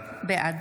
בעד